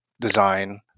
design